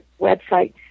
website